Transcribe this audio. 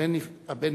הבן נפטר.